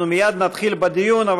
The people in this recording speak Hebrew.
אנחנו מייד נתחיל בדיון,